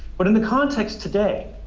but in the context today,